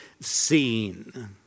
seen